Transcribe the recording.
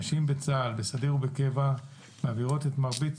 נשים בצה"ל, בסדיר ובקבע, מעבירות את מרבית